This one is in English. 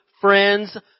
friends